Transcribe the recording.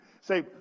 Say